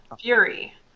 Fury